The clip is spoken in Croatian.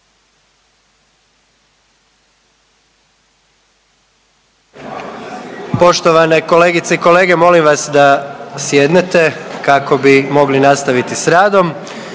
Poštovane kolegice i kolege molim vas da sjednete kako bi mogli nastaviti sa radom,